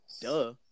Duh